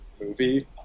movie